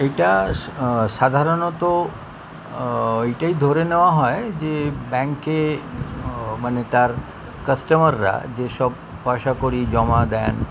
এটা সাধারণত এইটাই ধরে নেওয়া হয় যে ব্যাঙ্কে মানে তার কাস্টমাররা যেসব পয়সাকড়ি জমা দেন